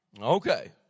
Okay